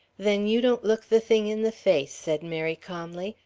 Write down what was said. then you don't look the thing in the face, said mary, calmly.